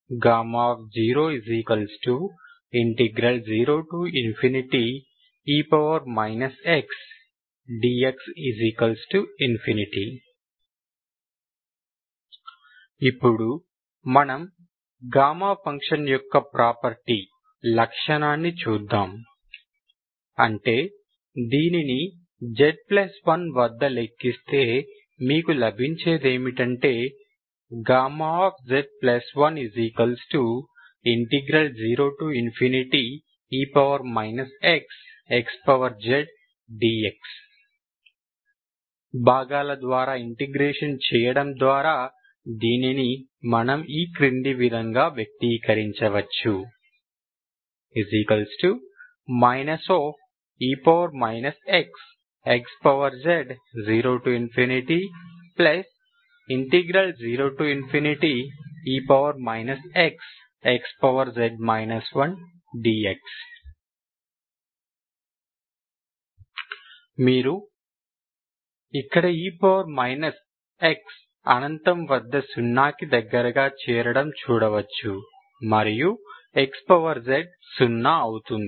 00e x xdx ఇప్పుడు మనము gamma function యొక్క ప్రాపర్టీ లక్షణంని చూద్దాం అంటే మీరు దీనిని z1 వద్ద లెక్కిస్తే మీకు లభించేది ఏమిటంటే z10e x xzdx భాగాల ద్వారా ఇంటిగ్రేషన్ చేయడం ద్వారా దీనిని మనం ఈ క్రింది విధంగా వ్యక్తీకరించవచ్చు e x xz|00e x xz 1dx ఇక్కడ మీరు e x అనంతం వద్ద సున్నాకి దగ్గరగా చేరడం చూడవచ్చు మరియు xz సున్నా అవుతుంది